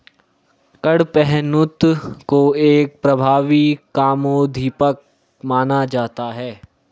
कडपहनुत को एक प्रभावी कामोद्दीपक माना जाता है